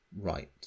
right